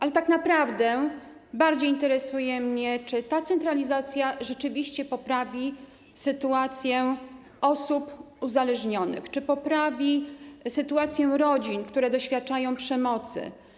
Ale tak naprawdę bardziej interesuje mnie to, czy ta centralizacja rzeczywiście poprawi sytuację osób uzależnionych, czy poprawi sytuację rodzin, które doświadczają przemocy.